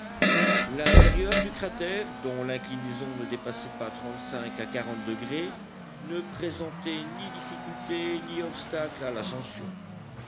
l'intérieur du cratère dont l'inclinaison ne dépassait pas trente-cinq à quarante degrés ne présentait ni difficultés ni obstacles à